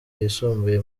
yisumbuye